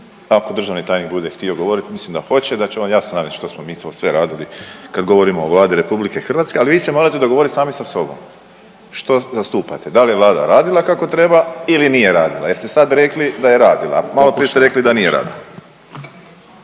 Ako državni tajnik bude htio govorit mislim da hoće da će jasno navest što smo mi to sve radili kad govorimo o Vladi RH. Ali vi se morate dogovoriti sami sa sobom što zastupate, da li je Vlada radila kako treba ili nije radila jeste sad rekli da je radila, maloprije ste rekli da nije radila.